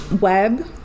web